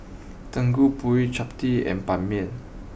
Gudeg Putih Chap Tee and Ban Mian